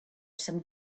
some